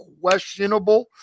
questionable